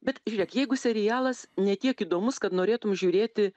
bet žiūrėk jeigu serialas ne tiek įdomus kad norėtum žiūrėti